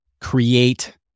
create